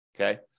okay